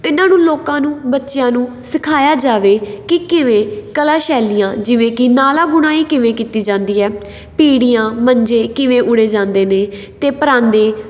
ਇਹਨਾਂ ਨੂੰ ਲੋਕਾਂ ਨੂੰ ਬੱਚਿਆਂ ਨੂੰ ਸਿਖਾਇਆ ਜਾਵੇ ਕਿ ਕਿਵੇਂ ਕਲਾ ਸ਼ੈਲੀਆਂ ਜਿਵੇਂ ਕਿ ਨਾਲਾ ਬੁਣਾਈ ਕਿਵੇਂ ਕੀਤੀ ਜਾਂਦੀ ਹੈ ਪੀੜੀਆਂ ਮੰਜੇ ਕਿਵੇਂ ਉਣੇ ਜਾਂਦੇ ਨੇ ਅਤੇ ਪਰਾਂਦੇ